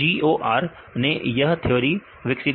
GOR ने यह theory विकसित की